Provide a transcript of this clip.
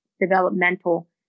developmental